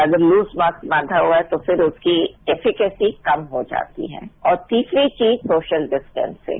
अगर loose mask बांधा हुआ है तो फिर उसकी कैपिसिटी कम हो जाती है और तीसरी चीज सोशल डिस्टेंसिंग